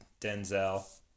Denzel